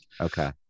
Okay